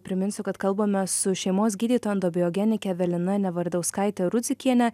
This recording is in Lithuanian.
priminsiu kad kalbamės su šeimos gydytoja endobiogenike evelina nevardauskaite rudzikiene